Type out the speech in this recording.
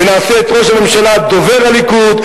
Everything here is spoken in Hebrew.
ונעשה את ראש הממשלה דובר הליכוד,